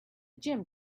gym